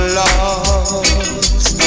lost